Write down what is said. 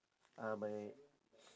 ah my